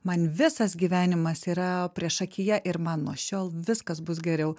man visas gyvenimas yra priešakyje ir man nuo šiol viskas bus geriau